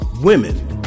Women